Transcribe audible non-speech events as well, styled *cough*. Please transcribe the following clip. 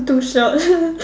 too short *laughs*